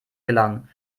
gelangen